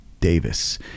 davis